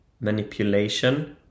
manipulation